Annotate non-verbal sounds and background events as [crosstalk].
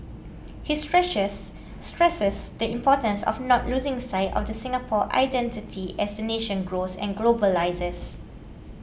he [unintelligible] stresses the importance of not losing sight of the Singapore identity as the nation grows and globalises